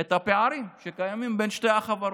את הפערים שקיימים בין שתי החברות.